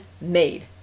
made